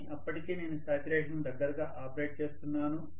కానీ అప్పటికే నేను శాచ్యురేషన్ కు దగ్గరగా ఆపరేట్ చేస్తున్నాను